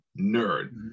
nerd